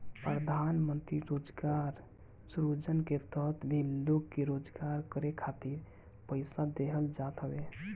प्रधानमंत्री रोजगार सृजन के तहत भी लोग के रोजगार करे खातिर पईसा देहल जात हवे